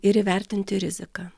ir įvertinti riziką